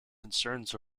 concerns